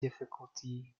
difficulty